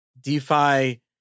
DeFi